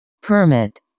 Permit